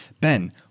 Ben